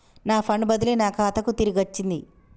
నా ఫండ్ బదిలీ నా ఖాతాకు తిరిగచ్చింది